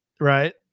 Right